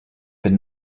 been